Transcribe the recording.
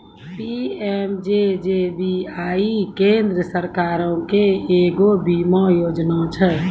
PMJJBY केन्द्र सरकारो के एगो बीमा योजना छै